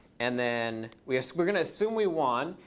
and then we're we're going to assume we won.